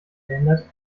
verhindert